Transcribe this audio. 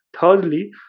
Thirdly